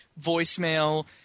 voicemail